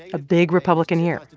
a big republican year,